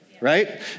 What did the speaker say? right